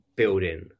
Building